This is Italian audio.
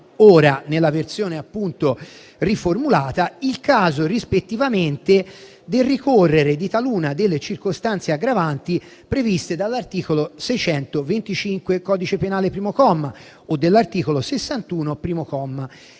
ora, nella versione riformulata, il caso rispettivamente del ricorrere di taluna delle circostanze aggravanti previste dall'articolo 625 del codice penale, primo comma, o dell'articolo 61, primo comma,